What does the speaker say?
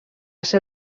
ser